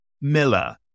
Miller